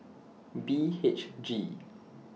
B H G